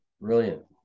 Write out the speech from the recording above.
Brilliant